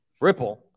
Ripple –